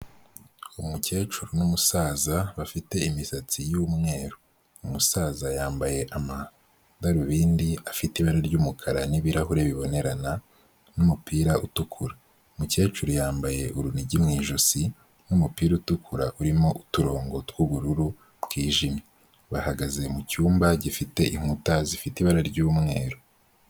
umukecuru n'umusaza bafite imisatsi y'umweru, umusaza yambaye amadarubindi afite ibara ry'umukara n'ibirahure bibonerana n'umupira utukura, umukecuru yambaye urunigi mu ijosi n'umupira utukura urimo uturongo tw'ubururu bwijimye. Bahagaze mu cyumba gifite inkuta zifite ibara ry'umweru.